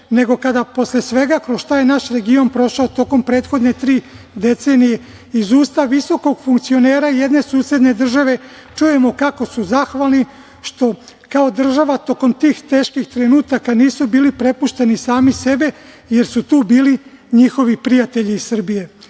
nego kada posle svega kroz šta je naš region prošao tokom prethodne tri decenije, iz usta visokog funkcionera jedne susedne države čujemo kako su zahvalni što država tokom tih teških trenutaka nisu bili prepušteni sami sebi, jer su tu bili njihovi prijatelji iz Srbije.